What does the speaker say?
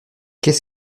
qu’est